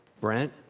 Brent